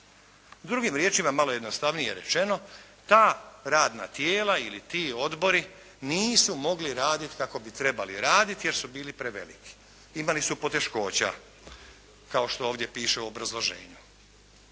Drugim riječima malo jednostavnije rečeno. Ta radna tijela ili ti odbori nisu mogli raditi kako bi trebali raditi jer su bili preveliki. Imali su poteškoća kao što ovdje piše u obrazloženju.